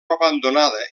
abandonada